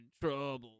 trouble